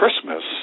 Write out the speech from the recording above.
Christmas